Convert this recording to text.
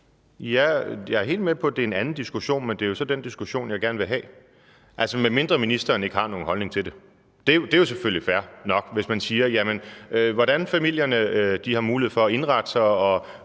Jeg er helt med på, at det er en anden diskussion, men det er jo så den diskussion, jeg gerne vil have. Altså, medmindre ministeren ikke har nogen holdning til det. Det er jo selvfølgelig fair nok, hvis man siger: Jamen hvordan familierne har mulighed for at indrette sig, og